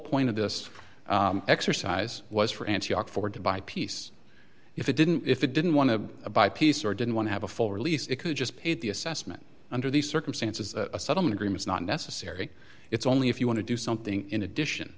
point of this exercise was for antioch ford to buy peace if it didn't if it didn't want to buy peace or didn't want to have a full release it could just pay the assessment under these consensus is a settlement agreement not necessary it's only if you want to do something in addition